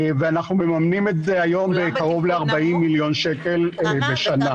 ואנחנו מממנים את זה היום בקרוב ל-40 מיליון שקל לשנה.